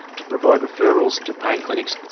to provide referrals to pain clinics.